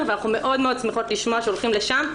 ואנחנו מאוד שמחות לשמוע שהולכים לשם,